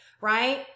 Right